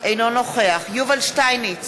אינו נוכח יובל שטייניץ,